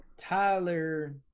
Tyler